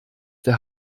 der